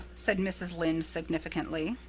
said mrs. lynde significantly.